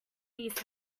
these